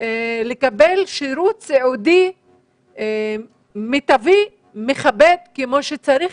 לקבל שירות סיעודי מיטבי מכבד כמו שצריך,